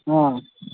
ହଁ